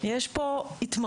יש פה התמכרות.